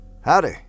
Howdy